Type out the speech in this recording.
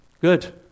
Good